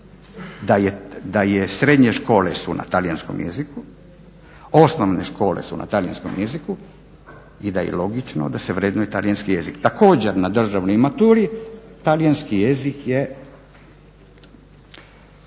da je srednje škole su na talijanskom jeziku, osnovne škole su na talijanskom jeziku i da je logično da se vrednuje talijanski jezik. Također, na državnoj maturi talijanski jezik je